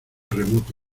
remoto